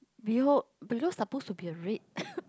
behold below suppose to be a red